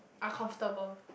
uncomfortable